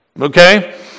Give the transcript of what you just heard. Okay